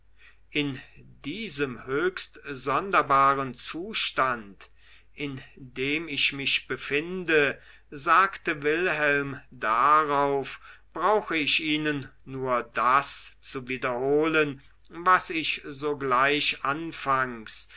in diesem höchst sonderbaren zustand in dem ich mich befinde sagte wilhelm darauf brauche ich ihnen nur das zu wiederholen was ich sogleich anfangs